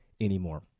anymore